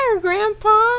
Grandpa